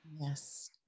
yes